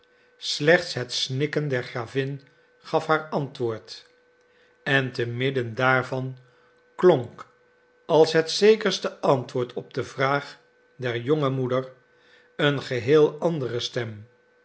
slechts het snikken der gravin gaf haar antwoord en te midden daarvan klonk als het zekerste antwoord op de vraag der jonge moeder een geheel andere stem